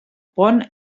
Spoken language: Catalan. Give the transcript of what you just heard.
pont